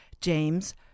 James